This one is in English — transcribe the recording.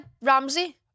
Ramsey